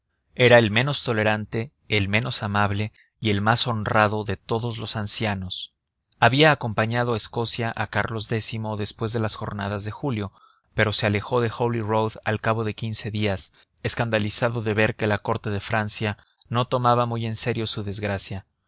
era el menos tolerante el menos amable y el más honrado de todos los ancianos había acompañado a escocia a carlos x después de las jornadas de julio pero se alejó de holy rood al cabo de quince días escandalizado de ver que la corte de francia no tomaba muy en serio su desgracia